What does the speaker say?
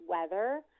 weather